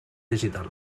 digital